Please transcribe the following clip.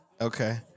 okay